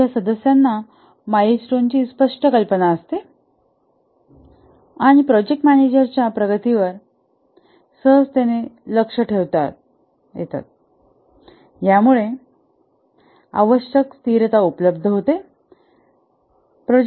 टीमच्या सदस्यांना milestone ची स्पष्ट कल्पना असते आणि प्रोजेक्ट मनेजर प्रोजेक्टच्या प्रगतीवर सहजतेने लक्ष ठेवतात यामुळे आवश्यक स्थिरता उपलब्ध होते